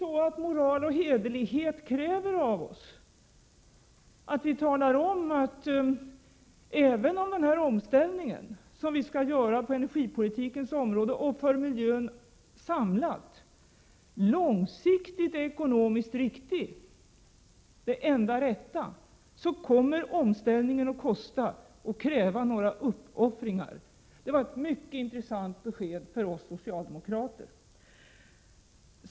Moral och hederlighet kräver faktiskt av oss att vi talar om att även om den omställning som vi skall göra på energipolitikens område och för miljön långsiktigt är ekonomiskt riktig och det enda rätta, kommer omställningen att kosta pengar och kräva uppoffringar. Ivar Franzéns besked var som sagt mycket intressant för oss socialdemokrater.